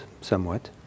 somewhat